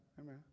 Amen